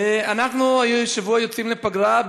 אנחנו השבוע יוצאים לפגרה,